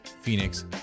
Phoenix